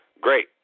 great